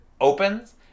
opens